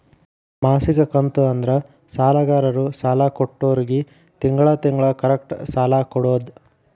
ಮಾಸಿಕ ಕಂತು ಅಂದ್ರ ಸಾಲಗಾರರು ಸಾಲ ಕೊಟ್ಟೋರ್ಗಿ ತಿಂಗಳ ತಿಂಗಳ ಕರೆಕ್ಟ್ ಸಾಲ ಕೊಡೋದ್